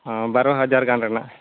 ᱚ ᱵᱟᱨᱳ ᱦᱟᱡᱟᱨ ᱜᱟᱱ ᱨᱮᱱᱟᱜ